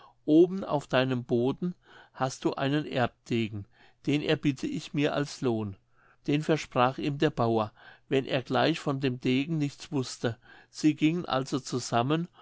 oben auf deinem boden hast du einen erbdegen den erbitte ich mir als lohn den versprach ihm der bauer wenn er gleich von dem degen nichts wußte sie gingen also zusammen